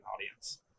audience